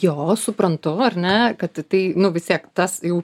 jo suprantu ar ne kad tai nu vis tiek tas jau